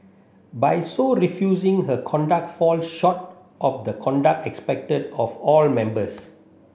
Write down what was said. by so refusing her conduct fall short of the conduct expected of all members